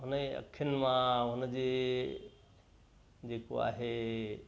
हुन जी अखियुनि मां हुन जी जेको आहे